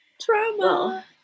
Trauma